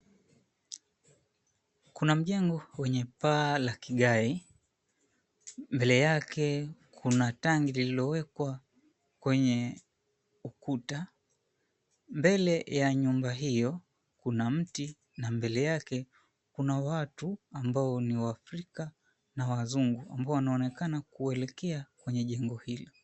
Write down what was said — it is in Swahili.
Kuna mjengo wenye paa la kigae. Mbele yake kuna tangi lililowekwa kwenye ukuta. Mbele ya nyumba hiyo kuna mti na mbele yake kuna watu, ambao ni waafrika na wazungu, ambao wanaonekana kuelekea kwenye jengo hilo.